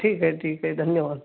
ठीक आहे ठीक आहे धन्यवाद